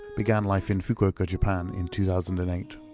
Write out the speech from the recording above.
began life in fukuoka, japan in two thousand and eight.